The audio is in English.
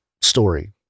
story